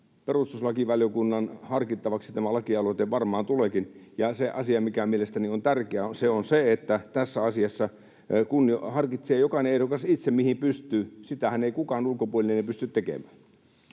perustuslakivaliokunnan harkittavaksi, ja se asia, mikä mielestäni on tärkeää, on se, että tässä asiassa jokainen ehdokas harkitsee itse, mihin pystyy. Sitähän ei kukaan ulkopuolinen pysty tekemään.